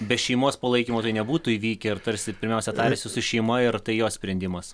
be šeimos palaikymo tai nebūtų įvykę ir tarsi pirmiausia tarėsi su šeima ir tai jo sprendimas